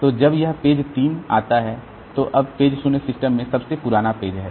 तो जब यह पेज 3 आता है तो अब पेज 0 सिस्टम में सबसे पुराना पेज है